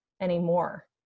anymore